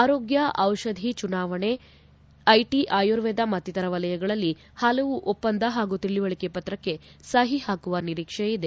ಆರೋಗ್ಕ ದಿಷಧಿ ಚುನಾವಣೆ ಐಟ ಆಯುರ್ವೇದ ಮತ್ತಿತರ ವಲಯಗಳಲ್ಲಿ ಹಲವು ಒಪ್ಪಂದ ಹಾಗೂ ತಿಳುವಳಕೆ ಪತ್ರಕ್ಕೆ ಸಹಿ ಹಾಕುವ ನಿರೀಕ್ಷೆ ಇದೆ